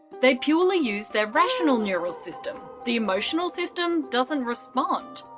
they purely use their rational neural system, the emotional system doesn't respond.